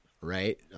right